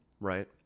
right